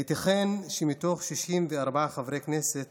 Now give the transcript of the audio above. הייתכן שמתוך 64 חברי הכנסת